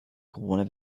krone